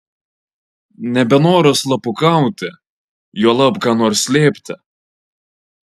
nebenoriu slapukauti juolab ką nors slėpti